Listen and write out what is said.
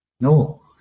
no